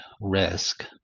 risk